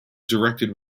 directed